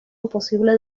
imposible